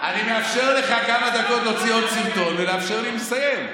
אני מאפשר לך כמה דקות להוציא עוד סרטון ולאפשר לי לסיים.